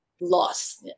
loss